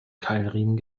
keilriemen